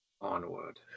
onward